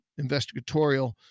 investigatorial